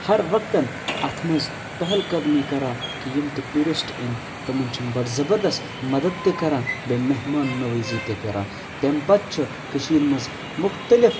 ہَر وقتَن اَتھ منٛز پہل قدمی کَران کہِ یِم تہِ ٹیوٗرِسٹ یِن تِمَن چھِ بَڑٕ زَبَردَس مَدَت تہِ کَران بیٚیہِ مہمان نَوٲزی تہِ کَران تمہِ پَتہٕ چھِ کٔشیٖر منٛز مُختلِف